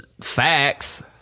facts